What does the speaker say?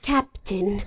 Captain